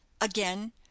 Again